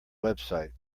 website